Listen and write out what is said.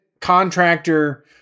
contractor